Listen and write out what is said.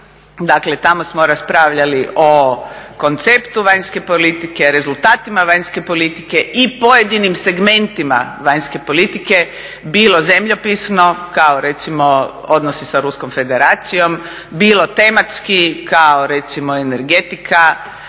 Dakle, tamo smo raspravljali o konceptu vanjske politike, rezultatima vanjske politike i pojedinim segmentima vanjske politike, bilo zemljopisno, kao recimo odnosi sa Ruskom federacijom, bilo tematski, kao recimo energetika,